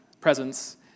presence